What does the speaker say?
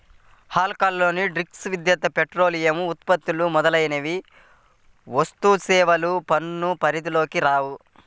alcohol drinks, విద్యుత్, petroleum ఉత్పత్తులు మొదలైనవి వస్తుసేవల పన్ను పరిధిలోకి రావు